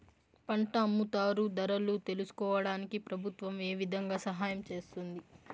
పంట అమ్ముతారు ధరలు తెలుసుకోవడానికి ప్రభుత్వం ఏ విధంగా సహాయం చేస్తుంది?